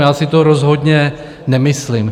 Já si to rozhodně nemyslím.